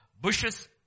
bushes